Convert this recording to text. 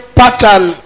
pattern